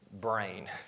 brain